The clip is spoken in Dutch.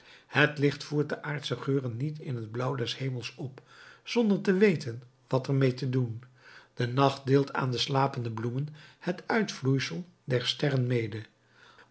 het licht voert de aardsche geuren niet in het blauw des hemels op zonder te weten wat er meê te doen de nacht deelt aan de slapende bloemen het uitvloeisel der sterren mede